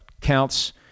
counts